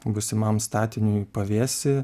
būsimam statiniui pavėsy